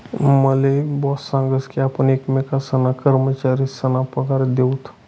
माले बॉस सांगस की आपण एकमेकेसना कर्मचारीसना पगार दिऊत